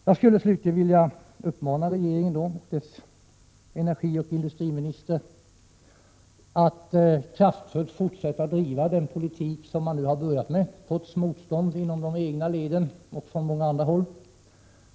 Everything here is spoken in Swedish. Jag skulle slutligen vilja uppmana regeringen och dess energioch industriminister att kraftfullt fortsätta att driva den politik som man nu börjat med, trots motstånd inom de egna leden och från många andra håll.